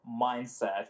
mindset